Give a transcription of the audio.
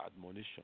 Admonition